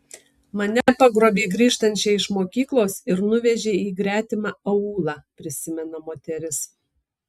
mane pagrobė grįžtančią iš mokyklos ir nuvežė į gretimą aūlą prisimena moteris